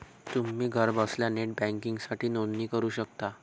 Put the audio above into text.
तुम्ही घरबसल्या नेट बँकिंगसाठी नोंदणी करू शकता